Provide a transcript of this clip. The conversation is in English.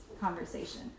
conversation